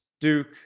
duke